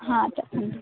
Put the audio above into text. చెప్పండి